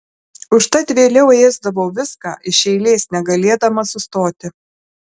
užtat vėliau ėsdavau viską iš eilės negalėdama sustoti